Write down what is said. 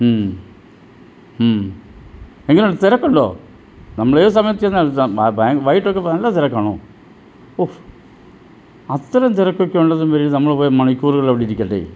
മ്മ് മ്മ് എങ്ങനുണ്ട് തിരക്കുണ്ടോ നമ്മളേത് സമയത്ത് ചെന്ന ത ബാ ബാ വൈകിട്ടൊക്കെ നല്ല തിരക്കാണോ ഓഫ് അത്രയും തിരക്കൊക്കെ ഉണ്ടെങ്കില് പിന്നെ നമ്മള് പോയ മണിക്കൂറുകള് അവിടെ ഇരിക്കണ്ടേ